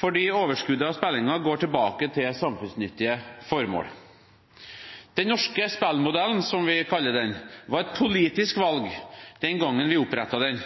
fordi overskuddet av spillingen går tilbake til samfunnsnyttige formål. Den norske spillmodellen, som vi kaller den, var et politisk valg den